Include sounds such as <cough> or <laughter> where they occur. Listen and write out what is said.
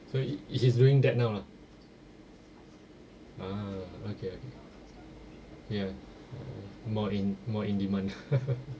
so he he is doing that now lah ah okay okay ya more in more in demand <laughs>